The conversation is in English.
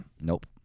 Nope